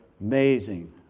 Amazing